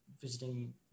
visiting